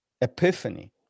epiphany